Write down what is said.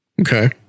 Okay